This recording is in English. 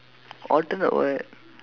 alternate what